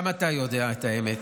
גם אתה יודע את האמת,